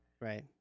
Right